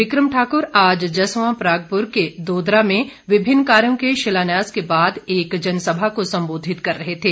बिक्रम ठाक्र आज जस्वां परागपुर के दोदरा में विभिन्न कार्यों के शिलान्यास के बाद एक जनसभा को संबोधित कर रहे थे